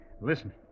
Listen